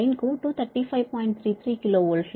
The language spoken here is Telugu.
33 KV లు